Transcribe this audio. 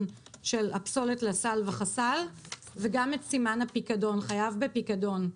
של "הפסולת לסל וחסל" וגם את סימן הפיקדון "חייב בפיקדון".